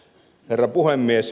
herra puhemies